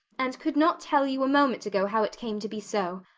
and could not tell you a moment ago how it came to be so.